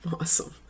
Awesome